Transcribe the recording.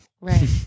Right